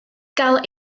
gael